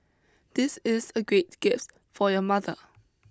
this is a great gift for your mother